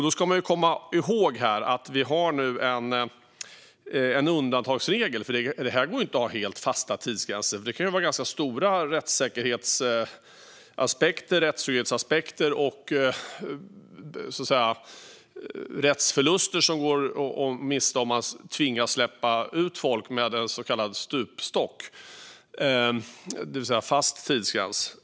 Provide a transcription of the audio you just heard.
Då ska man komma ihåg att vi nu har en undantagsregel, för det går inte att ha helt fasta tidsgränser. Det kan finnas viktiga rättssäkerhetsaspekter som går förlorade om man tvingas släppa ut folk med en så kallad stupstock, det vill säga en fast tidsgräns.